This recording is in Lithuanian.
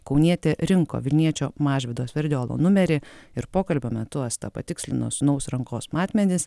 kaunietė rinko vilniečio mažvydo sverdiolo numerį ir pokalbio metu asta patikslino sūnaus rankos matmenis